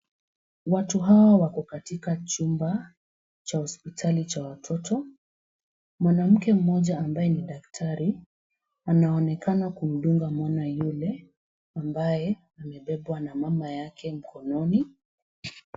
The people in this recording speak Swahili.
Watu hawa wako katika chumba cha hospitali cha watoto. Mwanamke mmoja ambaye ni daktari anaonekana akimdunga mwana hule ambaye amebebwa na mama yake mkononi.